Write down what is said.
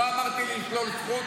לא אמרתי לשלול זכות.